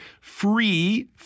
Free